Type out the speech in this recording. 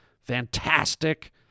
Fantastic